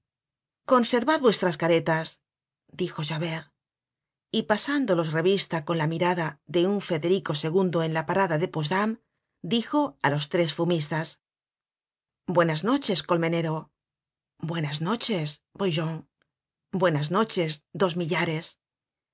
conservad vuestras caretas dijo javert y pasándolos revista con la miradatde un federico ii en la parada de postdam dijo á los tres fumistas buenas noches colmenero buenas noches brujon buenas noches dos millares